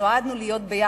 שנועדנו להיות ביחד,